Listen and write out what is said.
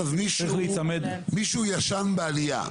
מישהו ישן בעלייה.